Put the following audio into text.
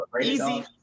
Easy